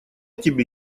тебе